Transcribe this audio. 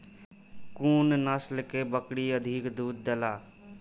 कुन नस्ल के बकरी अधिक दूध देला?